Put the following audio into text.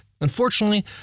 unfortunately